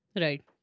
Right